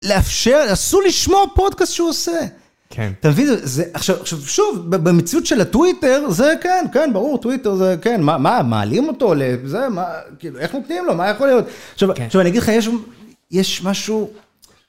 לאפשר, אסור לשמוע פודקאסט שהוא עושה. כן. אתה מבין, עכשיו שוב, במציאות של הטוויטר, זה כן, כן, ברור, טוויטר זה כן, מה, מעלים אותו לזה, מה, כאילו, איך נותנים לו, מה יכול להיות? עכשיו אני אגיד לך, יש משהו...